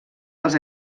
els